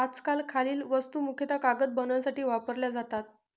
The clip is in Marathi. आजकाल खालील वस्तू मुख्यतः कागद बनवण्यासाठी वापरल्या जातात